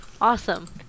Awesome